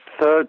third